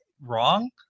wrong